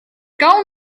gawn